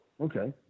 okay